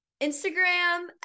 instagram